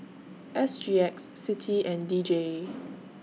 S G X CITI and D J